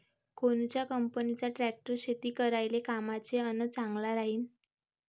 कोनच्या कंपनीचा ट्रॅक्टर शेती करायले कामाचे अन चांगला राहीनं?